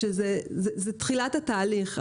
שזה תחילת התהליך.